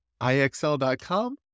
IXL.com